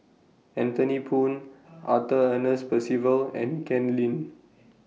Anthony Poon Arthur Ernest Percival and Ken Lim